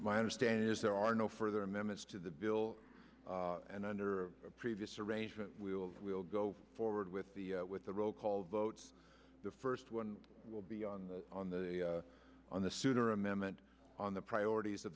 my understanding is there are no further members to the bill and under a previous arrangement we will we'll go forward with the with the roll call votes the first one will be on the on the on the souter amendment on the priorities